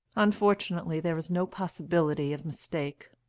unfortunately there is no possibility of mistake.